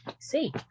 see